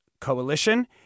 Coalition